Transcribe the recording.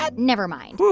ah never mind.